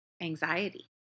anxiety